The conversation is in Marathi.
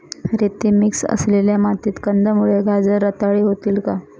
रेती मिक्स असलेल्या मातीत कंदमुळे, गाजर रताळी होतील का?